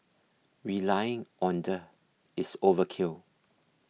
relying on the is overkill